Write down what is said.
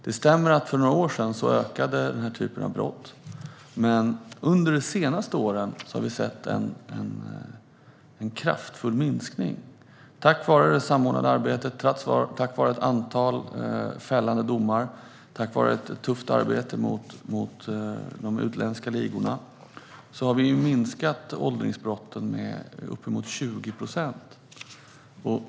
Det stämmer att denna typ av brott ökade för några år sedan. Men under de senaste åren har vi sett en kraftig minskning. Tack vare det samordnade arbetet, tack vare ett antal fällande domar och tack vare ett tufft arbete mot de utländska ligorna har vi minskat antalet åldringsbrott med uppemot 20 procent.